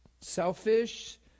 selfish